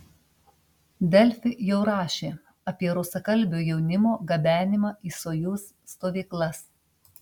delfi jau rašė apie rusakalbio jaunimo gabenimą į sojuz stovyklas